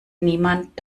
niemand